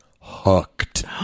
Hooked